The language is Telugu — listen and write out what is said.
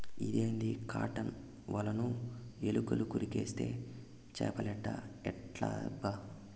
ఇదేంది కాటన్ ఒలను ఎలుకలు కొరికేస్తే చేపలేట ఎట్టబ్బా